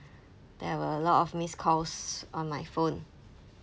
there were lot of missed calls on my phone